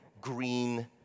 green